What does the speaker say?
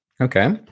Okay